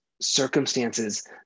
Circumstances